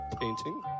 Painting